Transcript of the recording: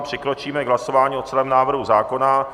Přikročíme k hlasování o celém návrhu zákona.